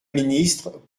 ministre